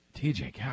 TJ